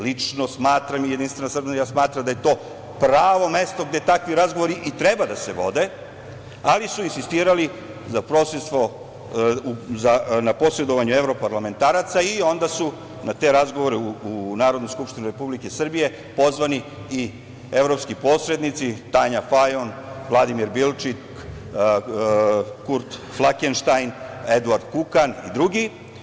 Lično smatram i Jedinstvena Srbija smatra da je to pravo mesto gde takvi razgovori i treba da se vode, ali su insistirali na posredovanje evroparlamentaraca i onda su na te razgovore u Narodnu skupštinu Republike Srbije pozvani i evropski posrednici, Tanja Fajon, Vladimir Bilčik, Kurt Flakenštajn, Eduard Kukan i drugi.